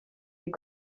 est